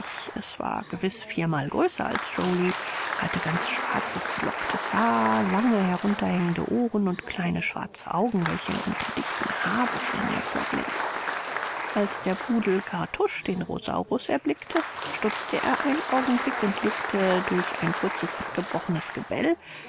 es war gewiß viermal größer als joly hatte ganz schwarzes gelocktes haar lange herunterhängende ohren und kleine schwarze augen welche unter dichten haarbüscheln hervorglänzten als der pudel kartusch den rosaurus erblickte stutzte er einen augenblick und legte durch ein kurzes abgebrochenes gebell